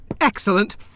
Excellent